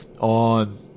on